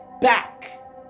back